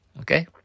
Okay